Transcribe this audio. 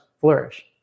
flourish